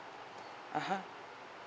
(uh huh)